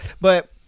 But-